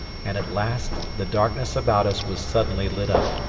and at last the darkness about us was suddenly lit up.